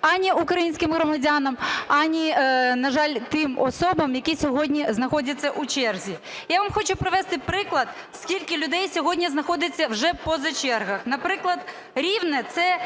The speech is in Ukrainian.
ані українським громадянам, ані, на жаль, тим особам, які сьогодні знаходяться в черзі. Я вам хочу привести приклад, скільки людей сьогодні знаходиться вже поза чергами. Наприклад, Рівне – це